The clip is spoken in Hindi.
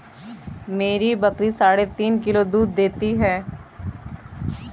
मेरी बकरी साढ़े तीन किलो दूध देती है